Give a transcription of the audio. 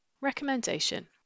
Recommendation